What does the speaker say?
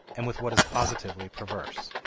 and with what is positively perverse.